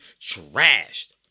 trashed